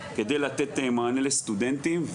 כדי לתת מענה לסטודנטים.